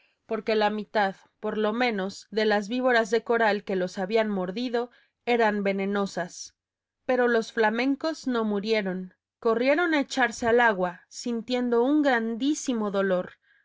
porque la mitad por lo menos de las víboras de coral que los habían mordido eran venenosas pero los flamencos no murieron corrieron a echarse al agua sintiendo un grandísimo dolor